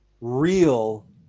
real